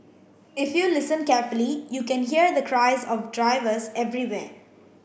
if you listen carefully you can hear the cries of drivers everywhere